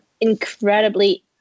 incredibly